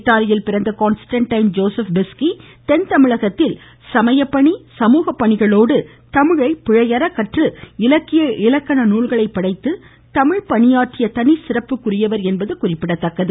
இத்தாலியில் பிறந்த Constantine Joseph Beschi தென்தமிழகத்தில் சமய பணி சமூக பணியோடு தமிழை பிழையற கற்று இலக்கிய இலக்கண நூல்களை படைத்து தமிழ்ப் பணியாற்றிய தனிச்சிறப்புக்குரியவர் என்பது குறிப்பிடத்தக்கது